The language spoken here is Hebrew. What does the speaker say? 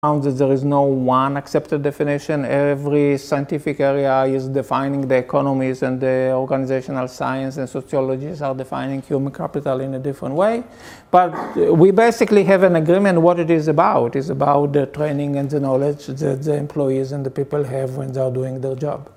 ‫שלא יש אף דבר שקבל דפיניאציה. ‫כל מנהל סיימניסטי ‫מסגרת את האקונומיות ‫והמדעי והסוציולוגיות ‫האורגניזציות ‫מסגרות את המדע האדם ‫בצורה אחרת, ‫אבל בעצם יש נתון ‫מה זה בעצם עבור. ‫זה עבור המחקרות והכוונות ‫שהמחקרים והאנשים ‫יש כשהם עובדים על עבודה.